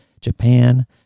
Japan